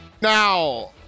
Now